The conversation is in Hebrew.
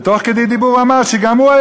ותוך כדי דיבור הוא אמר שגם הוא,